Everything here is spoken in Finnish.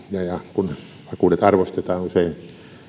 kun vakuudet arvostetaan usein